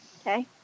Okay